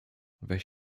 weź